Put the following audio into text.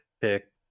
pick